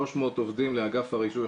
300 עובדים לאגף הרישוי,